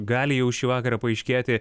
gali jau šį vakarą paaiškėti